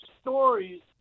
stories